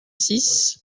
six